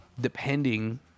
depending